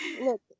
look